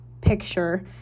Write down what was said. picture